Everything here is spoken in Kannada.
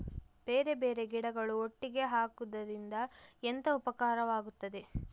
ಬೇರೆ ಬೇರೆ ಗಿಡಗಳು ಒಟ್ಟಿಗೆ ಹಾಕುದರಿಂದ ಎಂತ ಉಪಕಾರವಾಗುತ್ತದೆ?